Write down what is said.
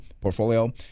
portfolio